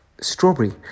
strawberry